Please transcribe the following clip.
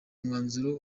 mwanzuro